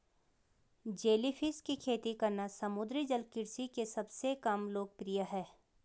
jellyfish की खेती करना समुद्री जल कृषि के सबसे कम लोकप्रिय है